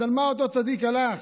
אז על מה אותו צדיק הלך,